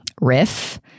riff